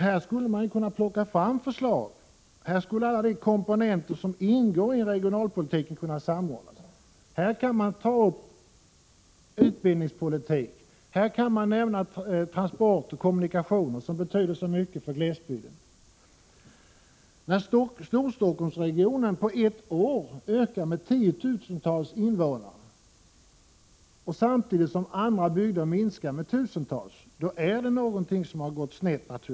Här kunde man plocka fram förslag, här kunde alla de komponenter som ingår i regionalpolitiken samordnas, här kunde frågor om utbildningspolitik, transporter och kommunikationer över huvud taget tas upp — allt detta som betyder så mycket för glesbygden. När Storstockholmsregionen på ett år ökar med tiotusentals invånare, samtidigt som antalet invånare i andra bygder minskar med tusental, är det naturligtvis någonting som har gått snett.